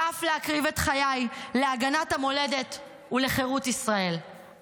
ואף להקריב את חיי, להגנת המולדת ולחירות ישראל.